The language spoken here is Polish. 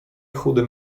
chudy